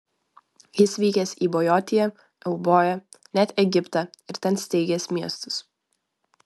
jis vykęs į bojotiją euboją net egiptą ir ten steigęs miestus